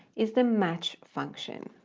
is the match function.